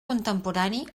contemporani